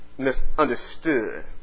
misunderstood